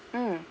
mm